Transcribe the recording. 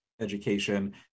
education